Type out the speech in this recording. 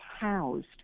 housed